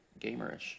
Gamerish